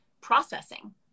processing